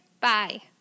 bye